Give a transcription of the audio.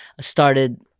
started